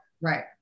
right